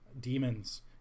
demons